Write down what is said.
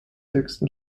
höchsten